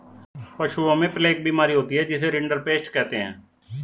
पशुओं में प्लेग बीमारी होती है जिसे रिंडरपेस्ट कहते हैं